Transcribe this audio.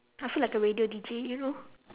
I feel like a radio D_J you know